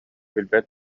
билбэт